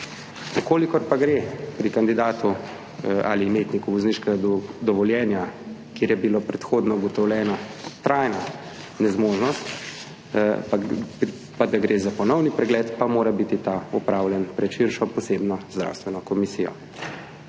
Če pa gre pri kandidatu ali imetniku vozniškega dovoljenja, kjer je bila predhodno ugotovljena trajna nezmožnost, za ponovni pregled, mora biti ta opravljen pred širšo posebno zdravstveno komisijo.